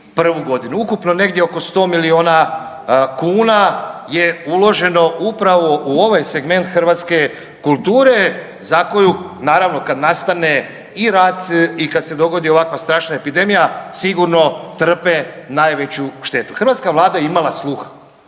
ukupno negdje oko 100 milijuna kuna je uloženo upravo u ovaj segment hrvatske kulture za koju naravno kad nastane i rat i kad se dogodi ovakva strašna epidemija sigurno trpe najveću štetu. Hrvatska vlada je imala sluha,